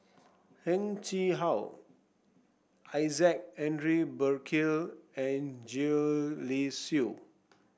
Heng Chee How Isaac Henry Burkill and Gwee Li Sui